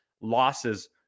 losses